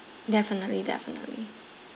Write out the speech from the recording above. definitely definitely